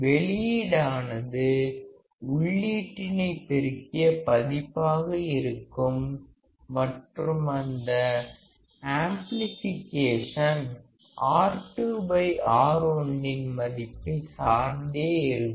வெளியீடானது உள்ளீட்டினை பெருக்கிய பதிப்பாக இருக்கும் மற்றும் அந்த ஆம்பிளிஃபிகேஷன் R2 R1 இன் மதிப்பை சார்ந்தே இருக்கும்